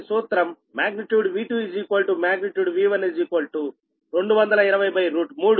magnitude V2 magnitude V12203అనగా 127